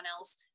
else